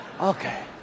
Okay